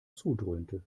zudröhnte